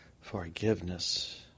forgiveness